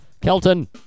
kelton